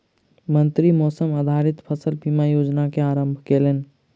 मंत्री मौसम आधारित फसल बीमा योजना के आरम्भ केलैन